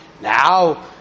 Now